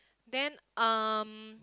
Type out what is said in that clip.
then um